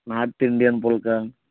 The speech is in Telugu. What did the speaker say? north Indian phulka